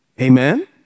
Amen